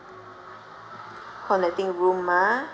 connecting room ah